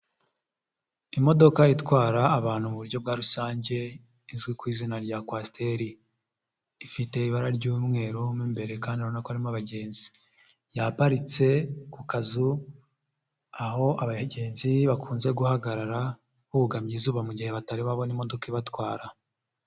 Imodoka itwara abantu mu buryo bwa rusange izwi ku izina rya kwasiteri, ifite ibara ry'umweru mo imbere kandi urabona ko harimo abagenzi, yaparitse ku kazu aho abagenzi bakunze guhagarara bugamye izuba mu gihe batari babona imodoka ibatwara.